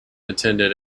attended